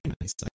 nice